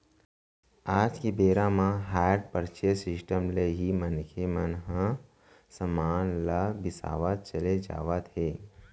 आज के बेरा म हायर परचेंस सिस्टम ले ही मनखे मन ह समान मन ल बिसावत चले जावत हे